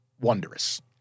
Wondrous